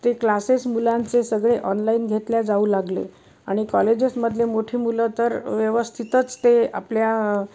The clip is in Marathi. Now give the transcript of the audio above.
ते क्लासेस मुलांचे सगळे ऑनलाईन घेतल्या जाऊ लागले आणि कॉलेजेसमधले मोठी मुलं तर व्यवस्थितच ते आपल्या